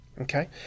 okay